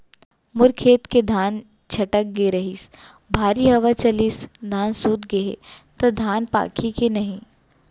मोर खेत के धान छटक गे रहीस, भारी हवा चलिस, धान सूत गे हे, त धान पाकही के नहीं?